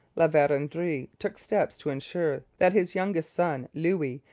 la verendrye took steps to ensure that his youngest son, louis,